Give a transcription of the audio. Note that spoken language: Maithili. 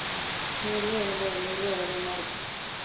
हूँ मेले भेलै मेले भेलै मार्केट